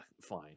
fine